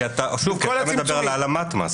כי אתה מדבר על העלמת מס,